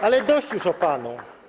Ale dość już o panu.